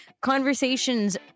Conversations